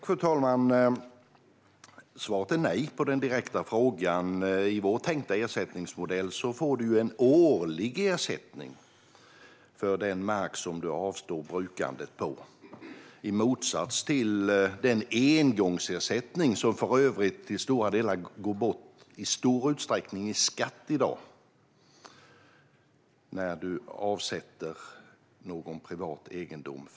Fru talman! Svaret är nej på den direkta frågan. I vår tänkta ersättningsmodell får du en årlig ersättning för den mark som du avstår brukandet av, i motsats till den engångsersättning som du får, och som för övrigt i dag i stor utsträckning går bort i skatt, när du avsätter någon privat egendom.